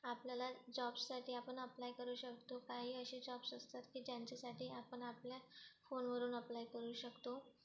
आपल्याला जॉबसाठी आपण अप्लाय करू शकतो काही अशी जॉब्स असतात की ज्यांच्यासाठी आपण आपल्या फोनवरून अप्लाय करू शकतो